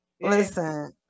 Listen